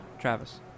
Travis